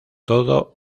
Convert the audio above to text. todo